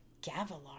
Gavilar